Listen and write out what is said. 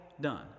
done